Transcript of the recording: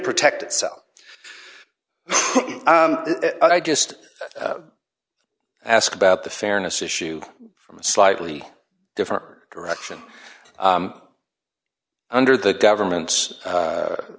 protect itself but i just ask about the fairness issue from a slightly different direction under the government's